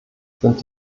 sind